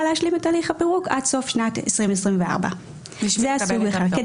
להשלים את הליך הפרוק עד סוף שנת 2024. זה היה סוג אחד.